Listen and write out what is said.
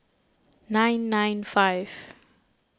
nine nine five